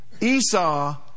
Esau